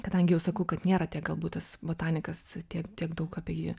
kadangi jau sakau kad nėra tiek galbūt tas botanikas tiek tiek daug apie jį